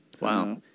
Wow